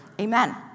Amen